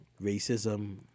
racism